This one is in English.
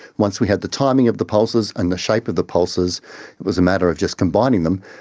once we had the timing of the pulses and the shape of the pulses, it was a matter of just combining them,